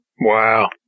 Wow